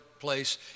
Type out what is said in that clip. Place